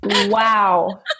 wow